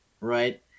right